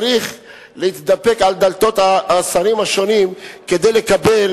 צריך להתדפק על דלתות השרים השונים כדי לקבל